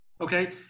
okay